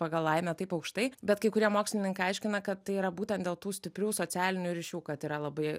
pagal laimę taip aukštai bet kai kurie mokslininkai aiškina kad tai yra būtent dėl tų stiprių socialinių ryšių kad yra labai